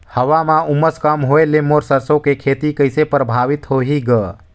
हवा म उमस कम होए ले मोर सरसो के खेती कइसे प्रभावित होही ग?